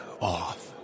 off